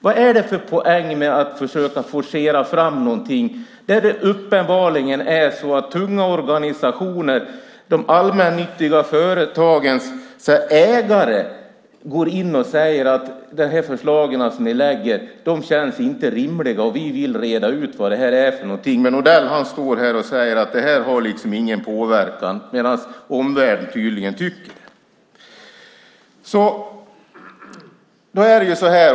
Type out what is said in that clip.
Vad är det för poäng med att försöka forcera fram någonting när det uppenbarligen är så att tunga organisationer, de allmännyttiga företagens ägare säger att de förslag som ni lägger fram inte känns rimliga. De vill reda ut vad det här är för någonting. Men Odell står här och säger att det här inte har någon påverkan. Omvärlden tycker tydligen det.